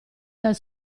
dal